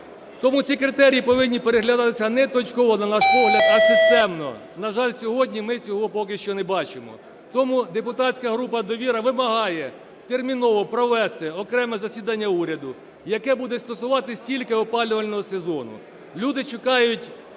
Тому ці критерії повинні переглядатися не точково, на наш погляд, а системно. На жаль, сьогодні ми цього поки що не бачимо. Тому депутатська група "Довіра" вимагає терміново провести окреме засідання уряду, яке буде стосуватися тільки опалювального сезону. Люди чекають